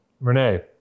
Renee